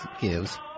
gives